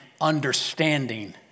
understanding